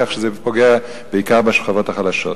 כך שזה פוגע בעיקר בשכבות החלשות.